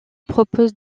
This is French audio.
propose